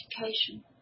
education